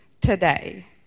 today